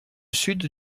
sud